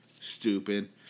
Stupid